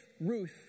Ruth